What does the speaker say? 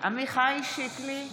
עמיחי שיקלי,